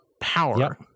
power